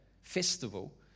festival